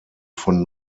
von